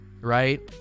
right